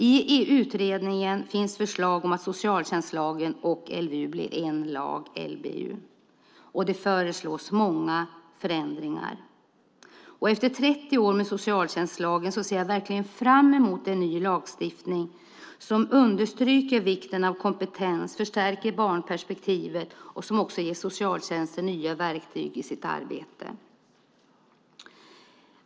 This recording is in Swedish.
I utredningen finns förslag om att socialtjänstlagen och LVU blir en lag - LVU. Det föreslås många förändringar. Efter 30 år med socialtjänstlagen ser jag verkligen fram emot en ny lagstiftning som understryker vikten av kompetens, förstärker barnperspektivet och ger socialtjänsten nya verktyg i sitt arbete.